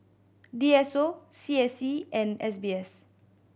D S O C S C and S B S